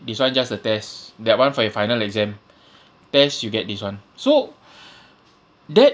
this [one] just a test that [one] for your final exam test you get this [one] so that